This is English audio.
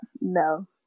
No